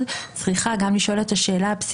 אלא מה?